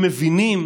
הם מבינים